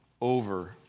over